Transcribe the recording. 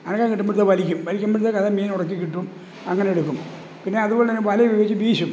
അനക്കം കിട്ടുമ്പോഴത്തേക്കും വലിക്കും വലിക്കുമ്പോഴത്തേക്ക് അതില് മീന് ഉടക്കിക്കിട്ടും അങ്ങനെയെടുക്കും പിന്നെതുപോലെ തന്നെ വല ഉപയോഗിച്ച് വീശും